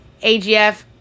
AGF